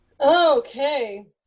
Okay